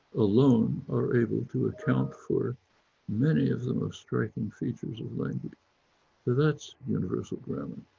alone are able to account for many of the most striking features of that's universal grammar.